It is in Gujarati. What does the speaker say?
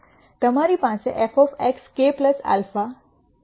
તેથી તમારી પાસે fx k α sk αk sk છે